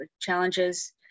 challenges